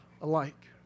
alike